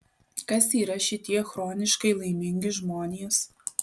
kas yra šitie chroniškai laimingi žmonės